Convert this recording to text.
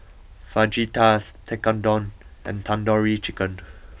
Fajitas Tekkadon and Tandoori Chicken